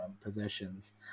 possessions